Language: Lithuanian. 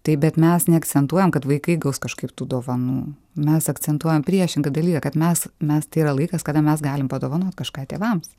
taip bet mes neakcentuojam kad vaikai gaus kažkaip tų dovanų mes akcentuojam priešingą dalyką kad mes mes tai yra laikas kada mes galim padovanot kažką tėvams